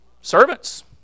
Servants